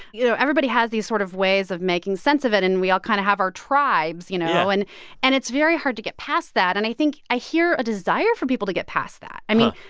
you know, everybody has these sort of ways of making sense of it. and we all kind of have our tribes, you know? yeah and and it's very hard to get past that. and i think i hear a desire for people to get past that. i mean,